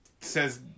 says